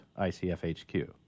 ICFHQ